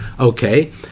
okay